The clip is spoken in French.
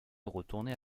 retourner